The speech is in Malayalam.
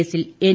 കേസിൽ എൻ